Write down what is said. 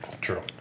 True